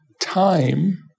time